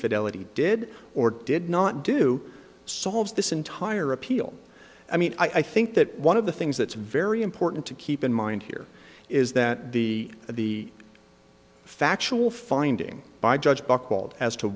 fidelity did or did not do solves this entire appeal i mean i think that one of the things that's very important to keep in mind here is that the the factual finding by judge buchwald as to